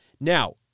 now